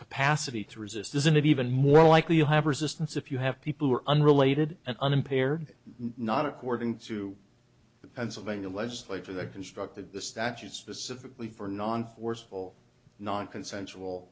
capacity to resist isn't it even more likely you have resistance if you have people who are unrelated and unimpaired not according to the pennsylvania legislature that constructed the statute specifically for non forceful nonconsensual